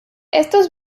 estos